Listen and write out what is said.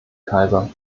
keyser